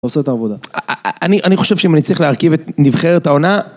אני חושב שאם אני צריך להרכיב את נבחרת העונה